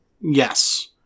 Yes